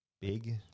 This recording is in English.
big